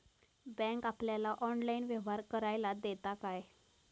Bank आपल्याला online व्यवहार करायला देता काय?